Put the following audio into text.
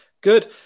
Good